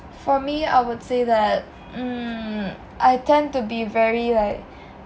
for me I would say that (mm)I tend to be very like